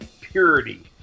purity